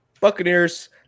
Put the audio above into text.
Buccaneers